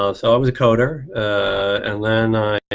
ah so i was a coder and then i